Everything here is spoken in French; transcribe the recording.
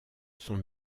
son